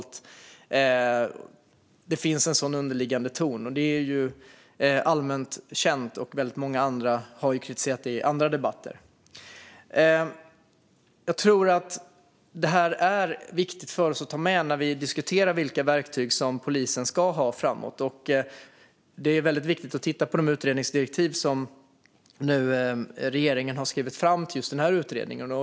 Att det finns en sådan underliggande ton är allmänt känt, och väldigt många andra har kritiserat det i andra debatter. Jag tror att det här är viktigt för oss att ta med när vi diskuterar vilka verktyg som polisen ska ha framöver. Det är väldigt viktigt att titta på de utredningsdirektiv som regeringen har skrivit fram till just den här utredningen.